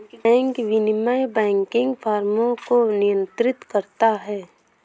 bank विनियमन banking फ़र्मों को नियंत्रित करता है